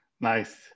nice